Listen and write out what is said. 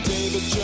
David